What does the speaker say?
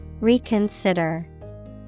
reconsider